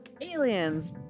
aliens